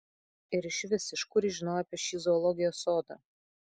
ir išvis iš kur ji žinojo apie šį zoologijos sodą